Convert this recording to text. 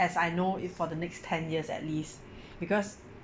as I know it for the next ten years at least because